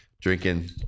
drinking